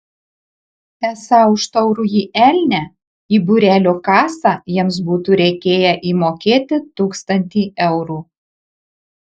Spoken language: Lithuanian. esą už taurųjį elnią į būrelio kasą jiems būtų reikėję įmokėti tūkstantį eurų